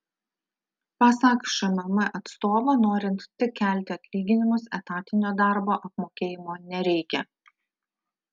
pasak šmm atstovo norint tik kelti atlyginimus etatinio darbo apmokėjimo nereikia